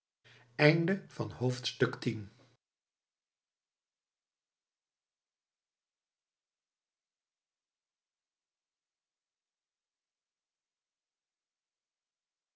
loop van het